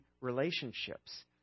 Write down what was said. relationships